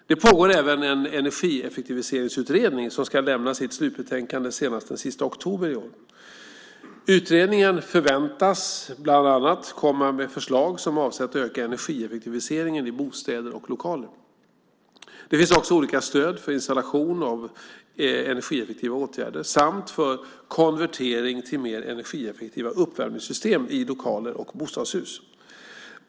Det pågår även en energieffektiviseringsutredning som ska lämna sitt slutbetänkande senast den 31 oktober i år. Utredningen förväntas bland annat komma med förslag som avser att öka energieffektiviseringen i bostäder och lokaler. Det finns också olika stöd för installation av energieffektiva åtgärder samt för konvertering till mer energieffektiva uppvärmningssystem i lokaler och bostadshus.